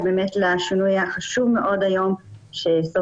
היום יום שלישי בשבוע,